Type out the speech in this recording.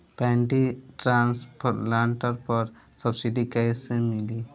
Paddy transplanter पर subsidy कैसे मिली?